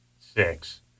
six